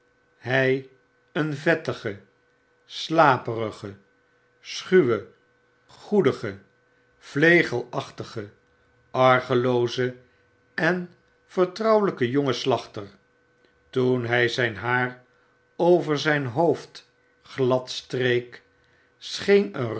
hy een vettige slaperige schuwe goedige vlegelachtige argelooze en vertrouwelyke jonge slachter toen hij zyn haar over zyn hoofd glad